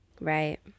right